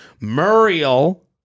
Muriel